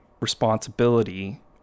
responsibility